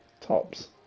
tops